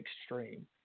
extreme